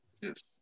Yes